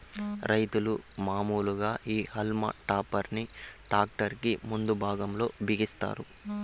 రైతులు మాములుగా ఈ హల్మ్ టాపర్ ని ట్రాక్టర్ కి ముందు భాగం లో బిగిస్తారు